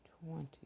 twenty